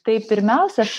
tai pirmiausia aš